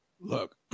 look